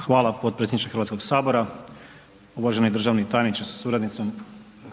Hvala potpredsjedniče HS, uvaženi državni tajniče sa suradnicom,